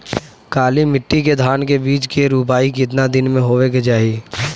काली मिट्टी के धान के बिज के रूपाई कितना दिन मे होवे के चाही?